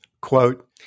quote